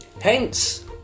Hence